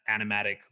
animatic